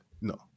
no